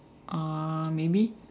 ah maybe